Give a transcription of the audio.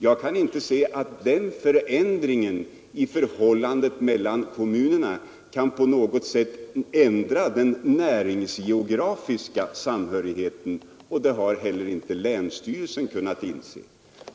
Jag kan inte se att den förändringen i förhållandet mellan kommunerna på något sätt kan ändra den näringsgeografiska samhörigheten. Det har inte heller länsstyrelsen kunnat inse.